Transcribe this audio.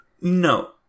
No